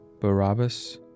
Barabbas